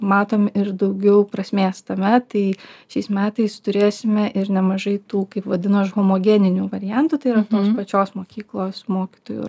matom ir daugiau prasmės tame tai šiais metais turėsime ir nemažai tų kaip vadinu aš homogeninių variantų tai yra tos pačios mokyklos mokytojų